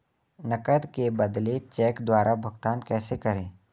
नकद के बदले चेक द्वारा भुगतान कैसे करें?